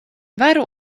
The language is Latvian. varu